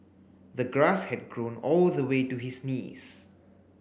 the grass had grown all the way to his knees